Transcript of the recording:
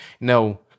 no